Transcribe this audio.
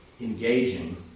engaging